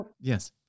Yes